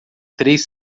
três